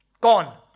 Gone